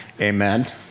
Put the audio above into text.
Amen